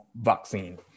vaccine